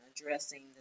addressing